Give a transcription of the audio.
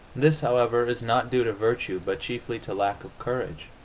this, however, is not due to virtue, but chiefly to lack of courage.